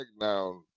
now